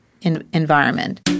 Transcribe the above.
environment